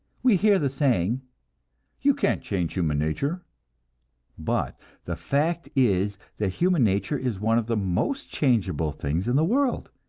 we hear the saying you can't change human nature but the fact is that human nature is one of the most changeable things in the world.